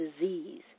disease